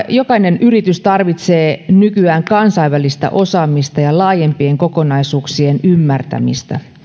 jokainen yritys tarvitsee nykyään kansainvälistä osaamista ja laajempien kokonaisuuksien ymmärtämistä